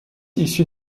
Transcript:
issu